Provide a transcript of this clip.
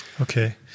Okay